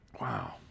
Wow